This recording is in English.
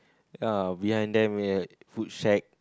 ah behind them uh food shack